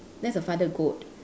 that's a father goat